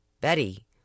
Betty